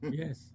yes